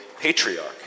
patriarch